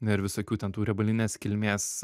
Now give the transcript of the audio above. ir visokių ten tų riebalinės kilmės